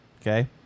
okay